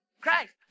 Christ